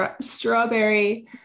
strawberry